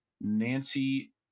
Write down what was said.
Nancy